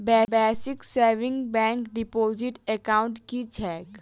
Basic savings bank deposit account की छैक?